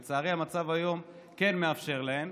לצערי, המצב כיום כן מאפשר להן.